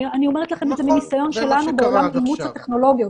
אני אומרת לכם את זה מניסיון שלנו בעולם אימוץ הטכנולוגיות.